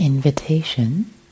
invitation